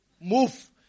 move